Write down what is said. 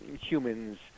humans